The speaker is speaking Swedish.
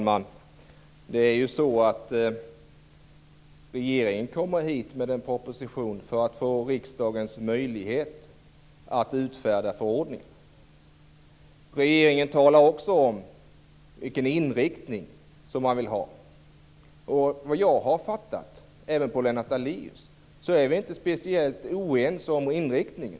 Herr talman! Regeringen kommer hit med en proposition för att av riksdagen få möjlighet att utfärda förordningar. Regeringen talar också om vilken inriktning som man vill ha. Enligt vad jag har förstått är Lennart Daléus och jag inte speciellt oense om inriktningen.